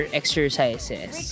exercises